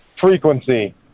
Frequency